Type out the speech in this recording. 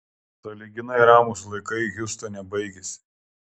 sąlyginai ramūs laikai hjustone baigėsi